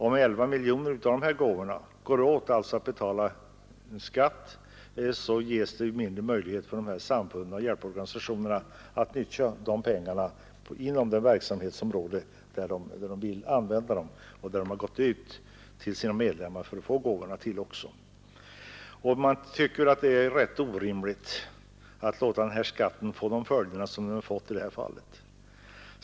Om 11 miljoner av dessa gåvor går åt för att betala skatt är det nämligen helt naturligt att det ges mindre möjligheter för samfunden och hjälporganisationerna att nyttja pengarna inom de verksamhetsområden där de vill använda dem — och som de också gått ut till sina medlemmar för att få gåvorna till. Jag tycker att det är rätt orimligt att låta de här pålagorna få de följder som de fått i detta fall.